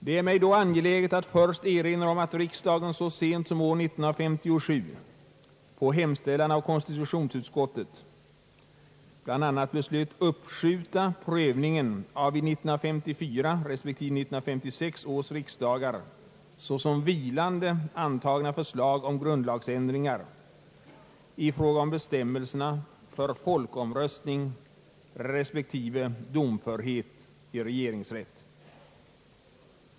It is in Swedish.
Det är mig då angeläget att först erinra om att riksdagen så sent som år 1957 på hemställan av konstitutionsutskottet bl.a. beslöt uppskjuta prövningen av vid 1954 respektive 1956 års riksdagar såsom vilande antagna förslag om grundlagsändringar i fråga om bestämmelserna för folkomröstning respektive domförhet i regeringsrätt.